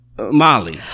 Molly